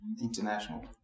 international